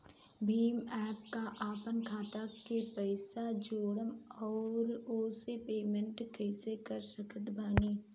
Bhim app पर आपन खाता के कईसे जोड़म आउर ओसे पेमेंट कईसे कर सकत बानी?